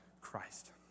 Christ